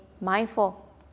mindful